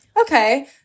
Okay